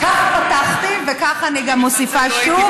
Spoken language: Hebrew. ואנחנו נדון, כך פתחתי, וכך אני מוסיפה שוב.